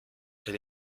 elle